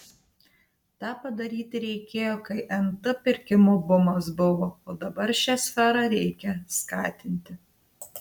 tą padaryti reikėjo kai nt pirkimo bumas buvo o dabar šią sferą reikia skatinti